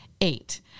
Eight